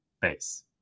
base